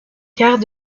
quart